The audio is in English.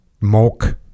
Milk